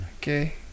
Okay